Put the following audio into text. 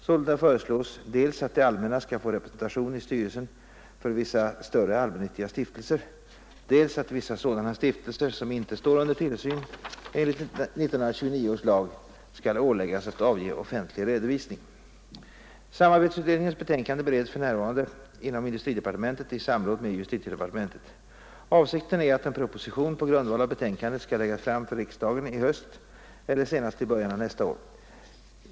Sålunda föreslås dels att det allmänna skall få representation i styrelsen för vissa större allmännyttiga stiftelser, dels att vissa sådana stiftelser som inte står under tillsyn enligt 1929 års lag skall åläggas att avge offentlig redovisning. Samarbetsutredningens betänkande bereds för närvarande inom industridepartementet i samråd med justitiedepartementet. Avsikten är att en proposition på grundval av betänkandet skall läggas fram för riksdagen i höst eller senast i början av nästa år.